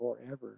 forever